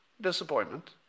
Disappointment